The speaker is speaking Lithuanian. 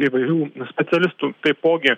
įvairių specialistų taipogi